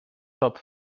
zat